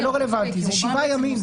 זה לא רלוונטי, זה שבעה ימים.